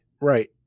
Right